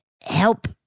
help